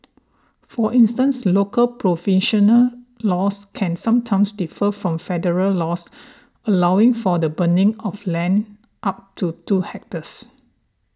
for instance local provincial laws can sometimes differ from federal laws allowing for the burning of land up to two hectares